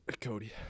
Cody